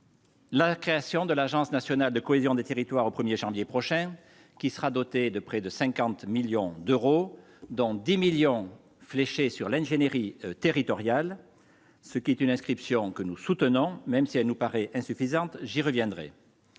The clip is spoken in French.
La création de l'agence nationale de cohésion des territoires au 1er janvier prochain qui sera doté de près de 50 millions d'euros dans 10 millions fléchés sur l'ingénierie territoriale, ce qui est une inscription que nous soutenons, même si elle nous paraît insuffisante, j'y reviendrai.